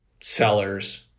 sellers